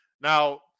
Now